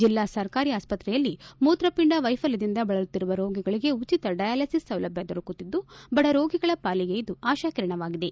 ಜಿಲ್ಲಾ ಸರ್ಕಾರಿ ಆಸ್ಪತ್ರೆಯಲ್ಲಿ ಮೂತ್ರಪಿಂಡ ವೈಫಲ್ಕದಿಂದ ಬಳಲುತ್ತಿರುವ ರೋಗಿಗಳಿಗೆ ಉಚಿತ ಡಯಾಲಿಸಿಸ್ ಸೌಲಭ್ಯ ದೊರಕುತ್ತಿದ್ದು ಬಡರೋಗಿಗಳ ಪಾಲಿಗೆ ಇದು ಆಶಾಕಿರಣವಾಗಿದೆ